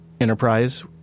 enterprise